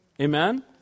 Amen